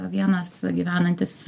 vienas gyvenantis